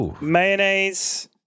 mayonnaise